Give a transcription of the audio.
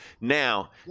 now